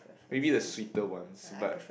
maybe the sweeter ones but